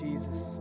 Jesus